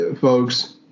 folks